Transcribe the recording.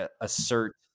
assert